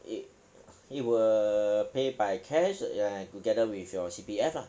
it it will pay by cash and together with your C_P_F lah